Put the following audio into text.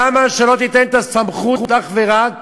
למה שלא תיתן את הסמכות אך ורק